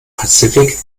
pazifik